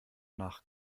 nach